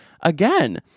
again